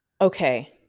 Okay